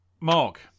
Mark